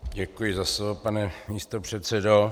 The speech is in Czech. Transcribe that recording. Děkuji za slovo, pane místopředsedo.